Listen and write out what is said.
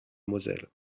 moselle